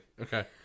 Okay